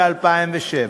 ב-2007.